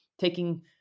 taking